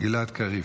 גלעד קריב.